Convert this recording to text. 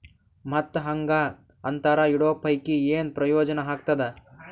ಮತ್ತ್ ಹಾಂಗಾ ಅಂತರ ಇಡೋ ಪೈಕಿ, ಏನ್ ಪ್ರಯೋಜನ ಆಗ್ತಾದ?